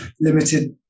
limited